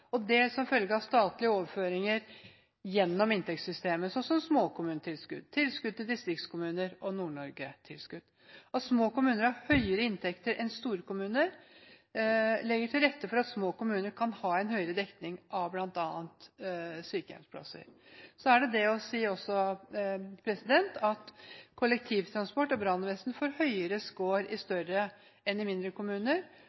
følge av statlige overføringer gjennom inntektssystemet, som f.eks. småkommunetilskudd, tilskudd til distriktskommuner og Nord-Norge-tilskudd. At små kommuner har høyere inntekter enn store kommuner, legger til rette for at små kommuner kan ha en høyere dekning av bl.a. sykehjemsplasser.